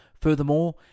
Furthermore